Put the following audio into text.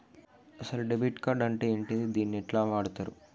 అసలు debit card అంటే ఏంటిది? దీన్ని ఎట్ల వాడుతరు?